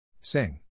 Sing